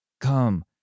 come